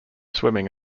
swimming